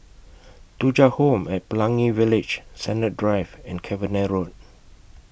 Thuja Home At Pelangi Village Sennett Drive and Cavenagh Road